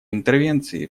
интервенции